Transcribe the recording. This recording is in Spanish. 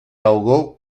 ahogó